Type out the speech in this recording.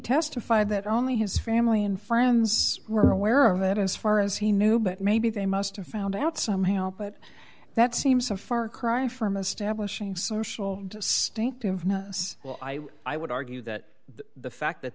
testified that only his family and friends were aware of that as far as he knew but maybe they must have found out somehow but that seems a far cry from establishing social stink to have no us well i i would argue that the fact that